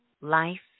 Life